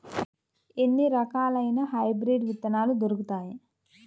ఎన్ని రకాలయిన హైబ్రిడ్ విత్తనాలు దొరుకుతాయి?